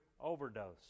overdose